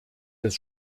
des